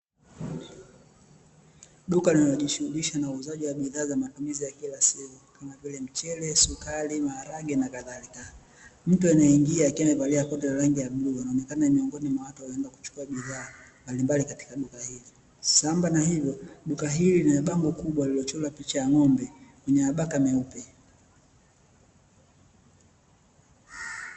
Duka linalojishughulisha na uuzaji wa bidhaa kwa ajili ya matumizi ya kila siku, kama: mchele, maharage, sukari na kadhalika, kuna mtu anaingia akiwa amevalia koti la bluu akionekana ni miongoni mwa watu wanaoenda kuchukua bidhaa katika duka hilo, sambamba na hilo duka, lina bango kubwa lililochorwa picha ya ng'ombe mwenye mabaka meupe.